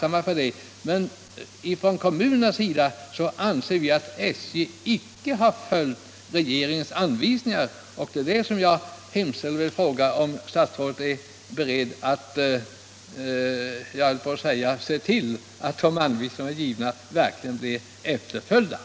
Men vi anser icke att SJ har följt dessa regeringens anvisningar. Därför vill jag fråga om statsrådet är beredd att se till att de anvisningar som lämnats verkligen efterföljs.